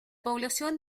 población